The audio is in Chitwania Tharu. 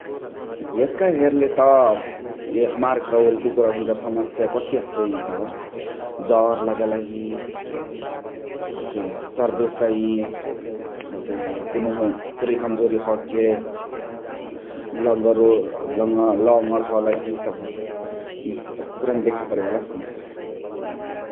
एसका हेर्ले त हमार घरैवोरी कुकुरा क सम्स्या कथी हसइ त जर लगलहि, हसे सर्देसइ, हसे कुनुहु पुरै कम्जोरी हख्के लङणो लङणा हलही इसब कुकुरन देख परेवाअला समस्या ।